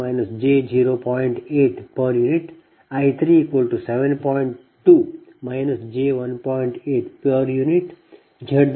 u I 37